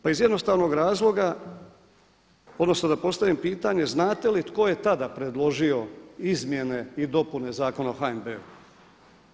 Pa iz jednostavnog razloga, odnosno da postavim pitanje znate li tko je tada predložio izmjene i dopune Zakona o HNB-u?